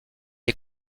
est